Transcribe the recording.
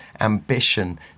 ambition